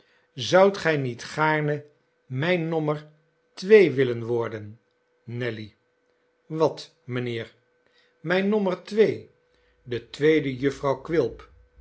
zoudt gij niet gaarne mijn nommer twee willen worden nelly wat mijnheer mijn nommer twee detweedejufvrouwquilp